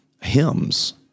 hymns